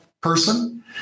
person